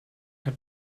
hat